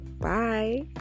Bye